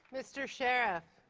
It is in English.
mr. sheriff,